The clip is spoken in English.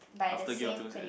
after Game-of-Thrones end